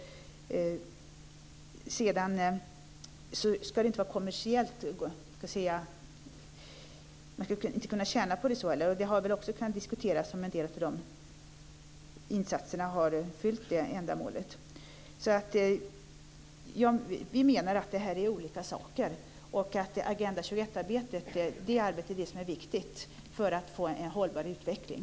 Man skulle inte heller kunna tjäna på det, och det har också diskuterats om en del av insatserna har uppfyllt ändamålet. Vi anser att detta är olika saker. Agenda 21 arbetet är viktigt för att man ska få en hållbar utveckling.